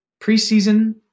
Preseason